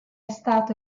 stato